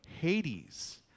Hades